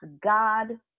God